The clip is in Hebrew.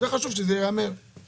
חשוב שזה ייאמר.